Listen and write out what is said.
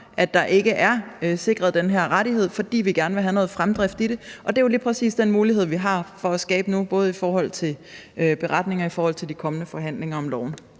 at der ikke er sikret den her rettighed, fordi vi gerne vil have noget fremdrift i det. Og det er jo lige præcis den mulighed, vi har for at skabe noget nu, både i forhold til en beretning og i forhold til de kommende forhandlinger om loven.